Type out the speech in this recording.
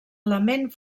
element